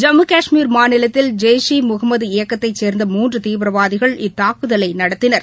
ஜம்மு காஷ்மீர் மாநிலத்தில் ஜெய்ஷ் இ முகமது இயக்கத்தை சேர்ந்த மூன்று தீவிரவாதிகள் இத்தாக்குதலை நடத்தினர்